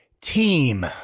Team